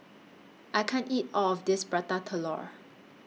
I can't eat All of This Prata Telur